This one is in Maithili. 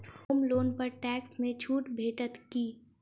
होम लोन पर टैक्स मे छुट भेटत की